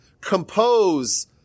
compose